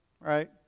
right